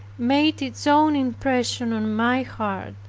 made its own impression on my heart,